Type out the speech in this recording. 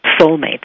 soulmates